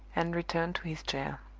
and returned to his chair.